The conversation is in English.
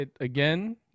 Again